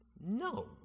No